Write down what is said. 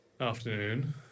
Afternoon